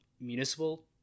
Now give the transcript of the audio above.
municipal